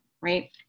right